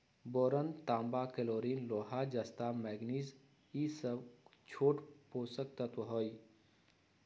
boron तांबा chlorine लोहा जस्ता मैग्निज ई स छोट पोषक तत्त्व हई